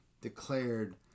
declared